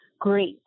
great